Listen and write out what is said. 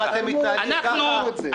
אם אתם מתנהגים ככה, חכו, חכו.